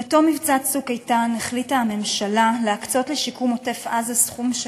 בתום מבצע "צוק איתן" החליטה הממשלה להקצות לשיקום עוטף-עזה סכום של